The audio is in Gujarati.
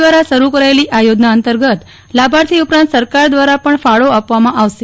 દ્વારા શરુ કરાયેલી આ યોજના અંતર્ગત લાભાર્થી ઉપરાંત સરકાર દ્વારા પણ ફાળો આપવામાં આવશે